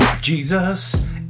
Jesus